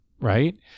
right